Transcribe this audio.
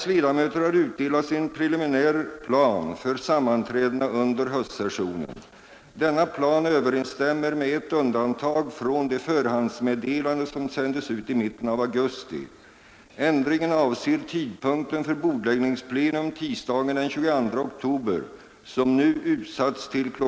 Denna plan motsvarar med ett undantag det förhandsmeddelande som sändes ut i mitten av augusti. Ändringen avser tidpunkten för bordläggningsplenum tisdagen den 22 oktober som nu utsatts till kl.